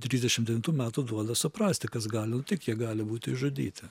trisdešim devintų metų duoda suprasti kas gali nutikt jie gali būti išžudyti